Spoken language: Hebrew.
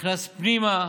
נכנס פנימה